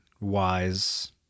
wise